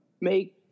make